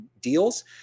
deals